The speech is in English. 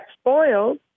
spoiled